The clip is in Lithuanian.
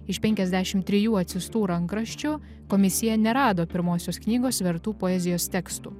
iš penkiasdešim trijų atsiųstų rankraščių komisija nerado pirmosios knygos vertų poezijos tekstų